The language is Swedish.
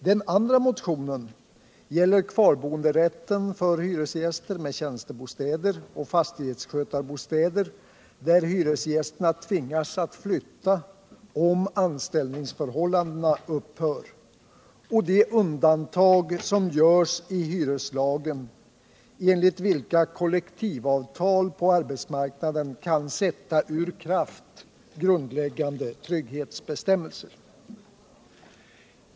Den andra motionen gäller kvarboenderätten för hyresgäster med tjänstebostäder och fastighetsskötarbostäder, där hyresgästerna tvingas att flytta om anställningsförhållande upphör, och de undantag som görs i hyreslagen, enligt vilka kollektivavtal på arbetsmarknaden kan sätta ur kraft grundläggande trygghetsbestämmelser.